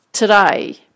today